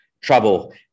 trouble